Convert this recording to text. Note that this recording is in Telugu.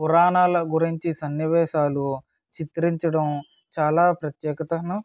పురాణాల గురించి సన్నివేశాలు చిత్రించడం చాలా ప్రత్యేకతను